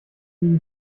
sie